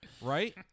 Right